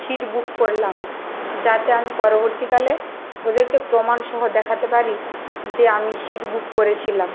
seat book করলাম যাতে আমি পরবর্তীকালে ওদেরকে প্রমাণসহ দেখাতে পারি যে আমি সিট বুক করেছিলাম